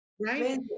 right